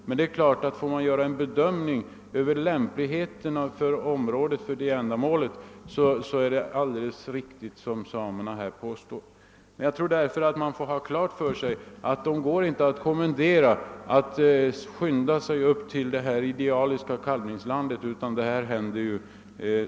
Men det är klart att får man göra en bedömning av områdets lämplighet för ändamålet, så är samernas påstående här alldeles riktigt. Jag tror emellertid att man skall ha klart för sig att det inte går att kommendera renarna att skynda sig upp till detta idealiska kalvningsland.